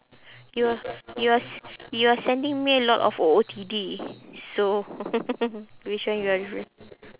you're you're s~ you're sending me a lot of O_O_T_D so which one you're referring